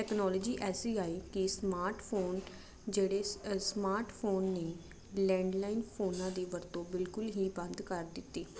technology ਐਸੀ ਆਈ ਕਿ ਸਮਾਰਟਫੋਨ ਜਿਹੜੇ ਸਮਾਰਟਫੋਨ ਨੇ ਲੈਂਡਲਾਈਨ ਫੋਨਾਂ ਦੀ ਵਰਤੋਂ ਬਿਲਕੁਲ ਹੀ ਬੰਦ ਕਰ ਦਿੱਤੀ